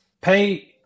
pay